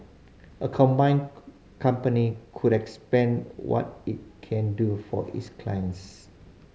a combined company would expand what it can do for its clients